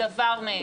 דבר מהם.